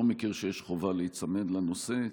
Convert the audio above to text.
לא מכיר שיש חובה להיצמד לנושא.